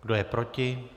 Kdo je proti?